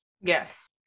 Yes